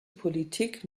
politik